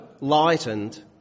lightened